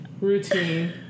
routine